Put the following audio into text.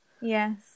Yes